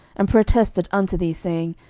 and protested unto thee, saying,